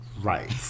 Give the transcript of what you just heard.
Right